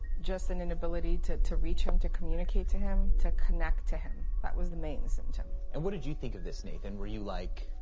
just an inability to to reach him, to communicate to him, to connect to him. that was the main symptom. and what did you think of this nathan? were you like,